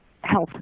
health